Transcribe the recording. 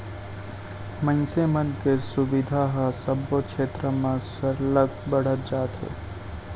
मनसे मन के सुबिधा ह सबो छेत्र म सरलग बढ़त जात हे